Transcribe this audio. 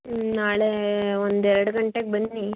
ಹ್ಞೂ ನಾಳೆ ಒಂದು ಎರಡು ಗಂಟೆಗೆ ಬನ್ನಿ